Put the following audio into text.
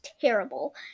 terrible